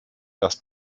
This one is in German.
dass